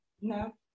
No